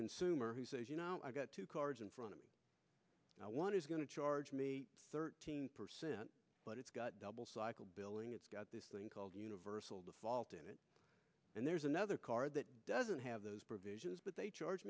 consumer who says you know i've got two cars in front of one is going to charge me thirteen percent but it's got double cycle billing it's got this thing called universal default in it and there's another car that doesn't have those provisions but they charge